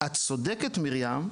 את צודקת, מרים,